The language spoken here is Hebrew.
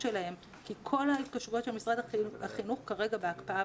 שלהם כי כל ההתקשרויות של משרד החינוך כרגע בהקפאה,